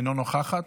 אינה נוכחת.